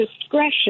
discretion